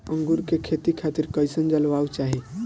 अंगूर के खेती खातिर कइसन जलवायु चाही?